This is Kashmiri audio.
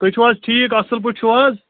تُہۍ چھُو حظ ٹھیٖک اَصٕل پٲٹھۍ چھُو حظ